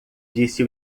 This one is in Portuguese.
disse